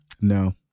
no